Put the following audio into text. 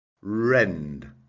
Rend